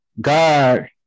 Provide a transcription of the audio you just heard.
God